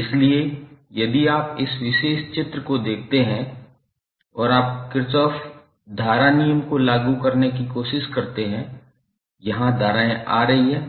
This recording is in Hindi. इसलिए यदि आप इस विशेष चित्र देखते हैं और आप करचॉफ धारा नियम को लागू करने की कोशिश करते हैं जहां धाराएं आ रही हैं